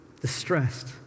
distressed